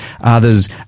Others